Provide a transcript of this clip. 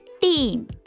team